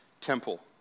temple